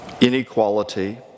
inequality